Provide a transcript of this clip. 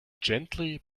gently